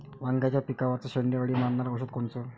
वांग्याच्या पिकावरचं शेंडे अळी मारनारं औषध कोनचं?